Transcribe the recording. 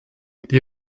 die